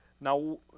Now